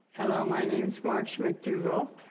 hello, my name's marcia mcdougall.